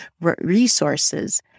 resources